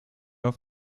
auf